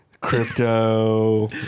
Crypto